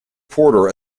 porter